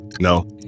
no